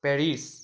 Paris